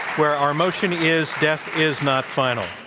where our motion is death is not final.